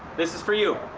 this is for you.